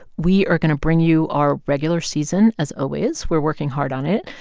we are going to bring you our regular season. as always, we're working hard on it.